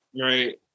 Right